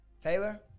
Taylor